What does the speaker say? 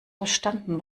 verstanden